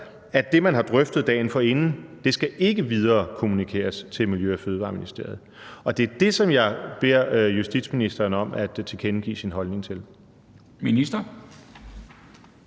at det, man har drøftet dagen forinden, ikke skal viderekommunikeres til Miljø- og Fødevareministeriet. Det er det, som jeg beder justitsministeren om at tilkendegive sin holdning til.